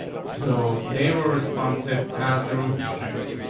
so they were responsive as the route was changing.